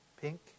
pink